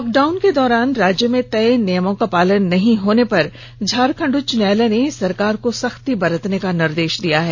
lockdown के दौरान राज्य में तय नियमों का पालन नहीं होने पर झारखंड उच्च न्यायालय ने सरकार को सख्ती बरतने का निर्देश दिया है